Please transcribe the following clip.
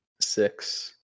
six